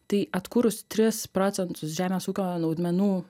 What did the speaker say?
tai atkūrus tris procentus žemės ūkio naudmenų